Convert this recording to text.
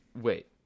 Wait